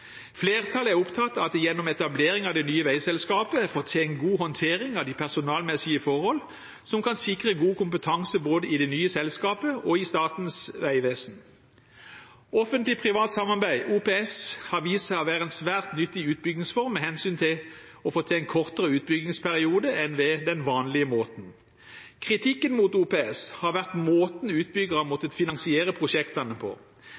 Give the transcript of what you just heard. Flertallet er opptatt av at en gjennom etablering av det nye veiselskapet får til en god håndtering av de personalmessige forhold, som kan sikre god kompetanse både i det nye selskapet og i Statens vegvesen. Offentlig–privat samarbeid, OPS, har vist seg å være en svært nyttig utbyggingsform med hensyn til å få til en kortere utbyggingsperiode sammenlignet med den vanlige måten. Kritikken mot OPS har vært måten utbyggere har måttet finansiere prosjektene på.